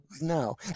no